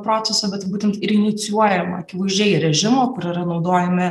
procesą bet būtent ir inicijuojamą akivaizdžiai režimo kur yra naudojami